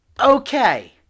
Okay